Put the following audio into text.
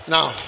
Now